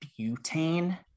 butane